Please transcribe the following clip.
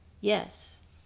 yes